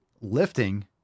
Lifting